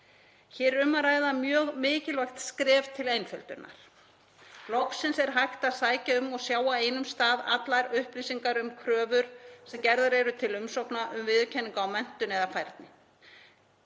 er um að ræða mjög mikilvægt skref til einföldunar. Loksins er hægt að sækja um og sjá á einum stað allar upplýsingar um kröfur sem gerðar eru til umsókna um viðurkenningu á menntun eða færni.